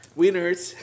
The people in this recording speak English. winners